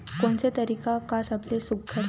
कोन से तरीका का सबले सुघ्घर हे?